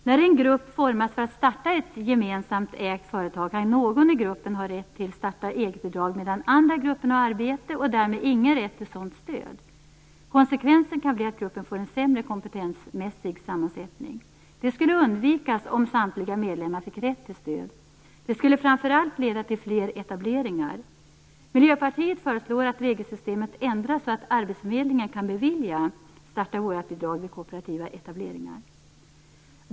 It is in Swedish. När en grupp formas för att starta ett gemensamt ägt företag kan ju någon i gruppen har rätt till starta-eget-bidrag, medan andra i gruppen har arbete och därmed ingen rätt till sådant stöd. Konsekvensen kan bli att gruppen får en sämre kompetensmässig sammansättning. Det skulle undvikas om samtliga medlemmar fick rätt till stöd. Det skulle framför allt leda till fler etableringar. Miljöpartiet föreslår att regelsystemet ändras så att arbetsförmedlingen kan bevilja starta-vårat-bidrag vid kooperativa etableringar.